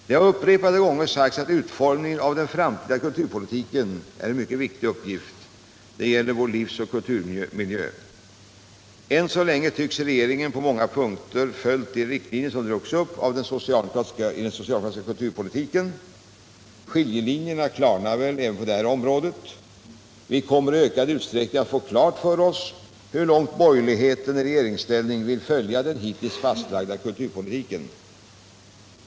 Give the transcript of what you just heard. Det har upprepade gånger sagts att utformningen av den framtida kulturpolitiken är en mycket viktig uppgift. Det gäller vår livsoch kulturmiljö. Än så länge tycks regeringen på många punkter ha följt de riktlinjer som drogs upp i den socialdemokratiska kulturpolitiken. Skiljelinjerna klarnar väl även på detta område. Vi kommer i ökad utsträckning att få klart för oss hur långt borgerligheten i regeringsställning vill följa den hittills fastlagda kulturpolitiken.